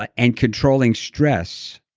ah and controlling stress